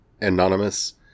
anonymous